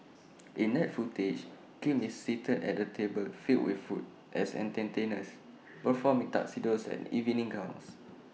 in that footage Kim is seated at A table filled with food as entertainers perform in tuxedos and evening gowns